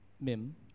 Mim